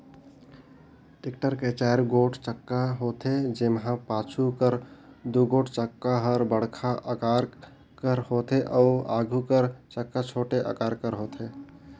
tractor कर चाएर गोट चक्का होथे, जेम्हा पाछू कर दुगोट चक्का हर बड़खा अकार कर होथे अउ आघु कर चक्का छोटे अकार कर होथे